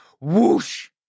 Whoosh